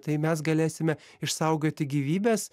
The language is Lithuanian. tai mes galėsime išsaugoti gyvybes